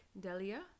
Delia